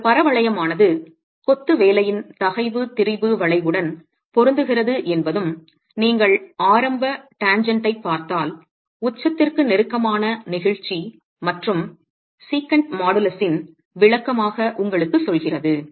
ஒரு பரவளையமானது கொத்து வேலையின் தகைவு திரிபு வளைவுடன் பொருந்துகிறது என்பதும் நீங்கள் ஆரம்ப டேன்ஜன்ட் ஐ பார்த்தால் உச்சத்திற்கு நெருக்கமான நெகிழ்ச்சி மற்றும் செக்கன்ட் மாடுலஸின் விளக்கமாக உங்களுக்குச் சொல்கிறது